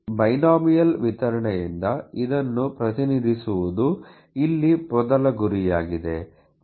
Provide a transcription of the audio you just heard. ಆದ್ದರಿಂದ ಬೈನೋಮಿಯಲ್ ವಿತರಣೆಯಿಂದ ಇದನ್ನು ಪ್ರತಿನಿಧಿಸುವುದು ಇಲ್ಲಿ ಮೊದಲ ಗುರಿಯಾಗಿದೆ